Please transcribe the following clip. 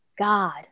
God